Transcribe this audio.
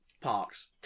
Parks